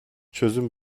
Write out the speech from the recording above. çözüm